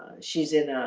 she's in